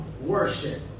worship